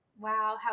Wow